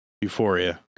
Euphoria